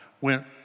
went